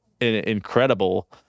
incredible